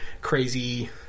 crazy